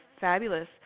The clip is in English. fabulous